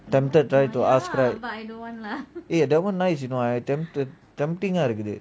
tempted right to ask right eh that [one] nice you know I tempted I tempting ah இருக்குது:irukkuthu